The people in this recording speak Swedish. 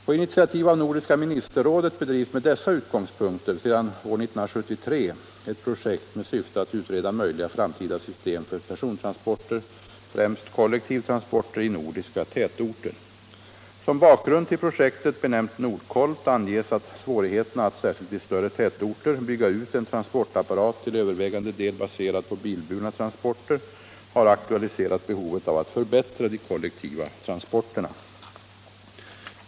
På initiativ av Nordiska ministerrådet bedrivs med dessa utgångspunkter sedan år 1973 ett projekt med syfte att utreda möjliga framtida system för persontransporter, främst kollektivtransporter, i nordiska tätorter. Som bakgrund till projektet, benämnt Nordkolt, anges att svårigheterna att — särskilt i större tätorter — bygga ut en transportapparat till övervägande del baserad på bilburna transporter har aktualiserat behovet av att förbättra de kollektiva transporterna.